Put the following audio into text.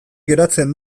geratzen